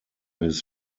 his